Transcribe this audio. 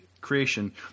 creation